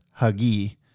huggy